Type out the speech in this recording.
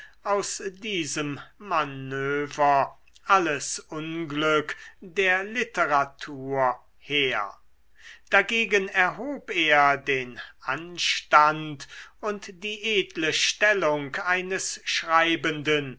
aus diesem manoeuvre alles unglück der literatur her dagegen erhob er den anstand und die edle stellung eines schreibenden